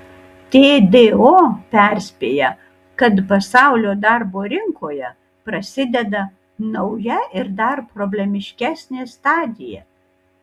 tdo perspėja kad pasaulio darbo rinkoje prasideda nauja ir dar problemiškesnė stadija